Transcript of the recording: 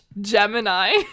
Gemini